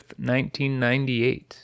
1998